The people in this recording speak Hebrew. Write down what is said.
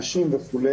נשים וכו',